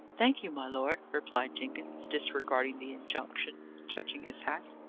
thank you, my lord, replied jenkins, disregarding the injunction touching his hat.